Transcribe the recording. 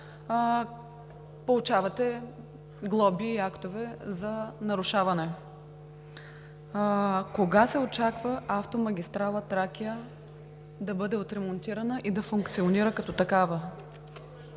получавате глоби и актове за нарушаване. Кога се очаква автомагистрала „Тракия“ да бъде отремонтирана и да функционира като такава?